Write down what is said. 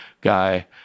guy